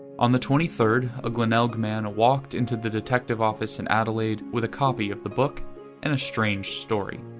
on the twenty third, a glenelg man walked into the detective office in adelaide with a copy of the book and a strange story.